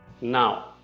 Now